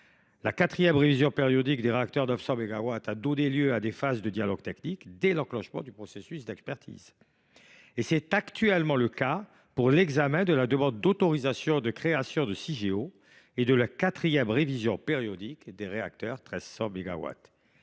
la quatrième révision périodique des réacteurs de 900 mégawatts a donné lieu à des phases de « dialogue technique » dès l’enclenchement du processus d’expertise. C’est actuellement le cas pour l’examen de la demande d’autorisation de création de Cigéo et de la quatrième révision périodique des réacteurs de 1